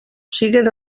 siguen